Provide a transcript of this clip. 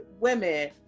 women